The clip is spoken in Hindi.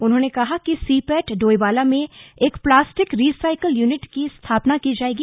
उन्होंने कहा कि सिपेट डोईवाला में एक प्लास्टिक रिसाईकिल यूनिट की स्थापना की जाएगी